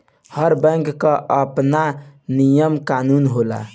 हर bank कअ आपन नियम कानून होला